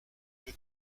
que